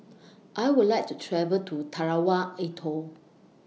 I Would like to travel to Tarawa Atoll